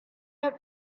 have